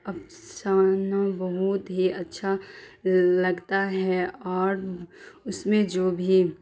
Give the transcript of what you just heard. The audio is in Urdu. افسانہ بہت ہی اچھا لگتا ہے اور اس میں جو بھی